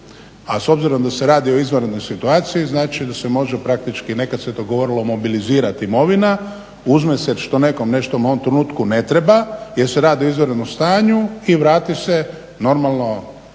A s obzirom da se radi o izvanrednoj situaciji znači da se može praktički, nekad se to govorilo mobilizirati imovina, uzme se što nekom nešto u ovom trenutku ne treba jer se radi o izvanrednom stanju i vrati se normalno